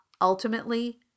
ultimately